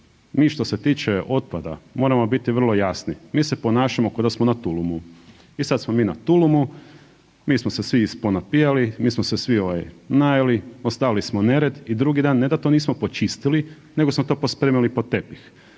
mi što se tiče otpada moramo biti vrlo jasni. Mi se ponašamo koda smo na tulumu. I sad smo mi na tulumu, mi smo se svi isponapijali, mi smo se svi ovaj najeli, ostavili smo nered i drugi dan ne da to nismo počistili nego smo to pospremili pod tepih.